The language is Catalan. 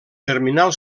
terminal